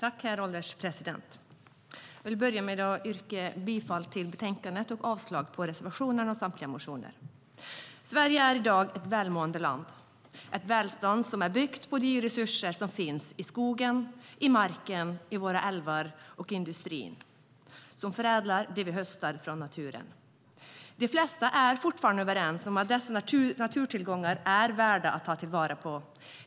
Herr ålderspresident! Jag vill börja med att yrka bifall till utskottets förslag i betänkandet och avslag på reservationerna och samtliga motioner. Sverige är i dag ett välmående land. Det är ett välstånd som är byggt på de resurser som finns i skogen, i marken, i våra älvar och i industrin som förädlar det vi höstar in från naturen. De flesta är fortfarande överens om att dessa naturtillgångar är värda att ta vara på.